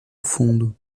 fundo